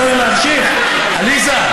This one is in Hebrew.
עליזה?